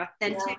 authentic